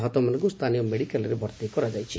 ଆହତମାନଙ୍କୁ ସ୍ଥାନୀୟ ମେଡିକାଲ୍ରେ ଭର୍ତ୍ତି କରାଯାଇଛି